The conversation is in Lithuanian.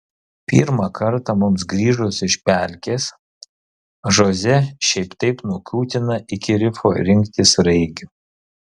pirmą kartą mums grįžus iš pelkės žoze šiaip taip nukiūtina iki rifo rinkti sraigių